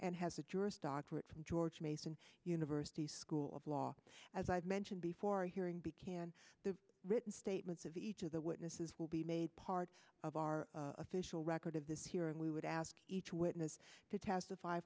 and has a jurist doctorate from george mason university school of law as i've mentioned before a hearing be can the written statements of each of the witnesses will be made part of our official record of this hearing we would ask each witness to testify